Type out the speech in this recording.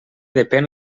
depèn